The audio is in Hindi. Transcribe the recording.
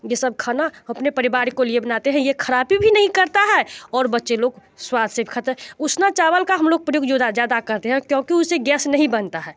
ये सब खाना अपने परिवार को लिए बनाते है ये खराबी भी नहीं करता है और बच्चे लोग स्वाद से खाता है उसना चावल का हम लोग प्रयोग ज़्यादा करते हैं क्योंकि उससे गैस नहीं बनता है